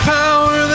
power